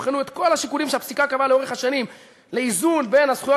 יבחנו את כל השיקולים שהפסיקה קבעה לאורך השנים לאיזון בין זכויות